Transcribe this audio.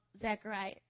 Zechariah